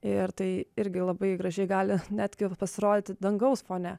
ir tai irgi labai gražiai gali netgi pasirodyti dangaus fone